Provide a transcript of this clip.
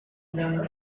you